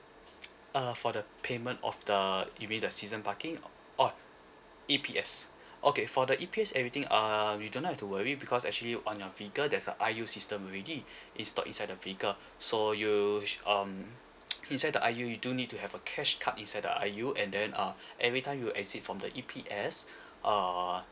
uh for the payment of the you mean the season parking oh E_P_S okay for the E_P_S everything err you do not have to worry because actually on your vehicle there's a I_U system already it's stored inside the vehicle so you'll which um inside the I_U you do need to have a cash card inside the I_U and then uh every time you exit from the E_P_S err